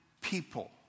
people